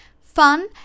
fun